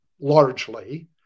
largely